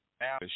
Now